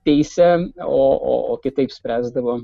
teise o o o kitaip spręsdavo